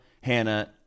Hannah